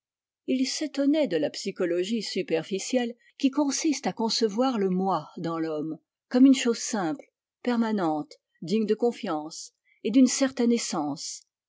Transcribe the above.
il s'étonnait de la psychologie superficielle qui consiste à concevoir le moi dans l'homme comme une chose simple permanente digne de confiance et d'une certaine essence